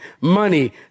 money